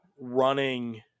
running